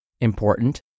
important